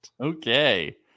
okay